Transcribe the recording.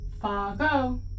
Fargo